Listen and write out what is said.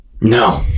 No